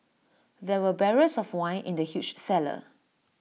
there were barrels of wine in the huge cellar